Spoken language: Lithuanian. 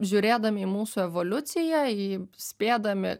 žiūrėdami į mūsų evoliuciją į spėdami